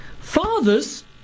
Fathers